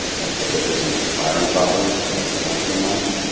and if the hip isn't firing properly, we'll test the hamstring length.